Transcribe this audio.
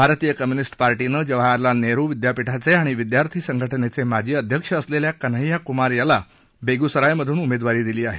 भारतीय कम्यूनिस्ट पार्टीनं जवाहरलाल नेहरु विद्यापिठाचे आणि विद्यार्थी संघटनेचे माजी अध्यक्ष असलेल्या कन्हैय्या कुमार याला बेगुसरायमधून उमेदवारी दिली आहे